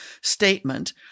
statement